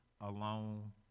alone